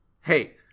hey